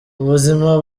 ubuzima